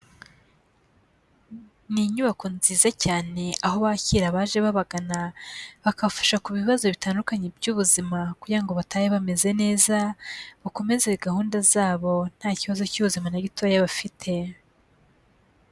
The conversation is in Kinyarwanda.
Ni inyubako nziza cyane aho bakira abaje babagana bakabafasha ku bibazo bitandukanye by'ubuzima kugira ngo batahe bameze neza, bakomeze gahunda zabo nta kibazo cy'ubuzima na gitoya bafite.